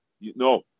No